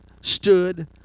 stood